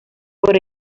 por